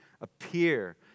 appear